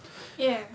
ya